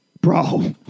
Bro